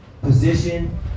position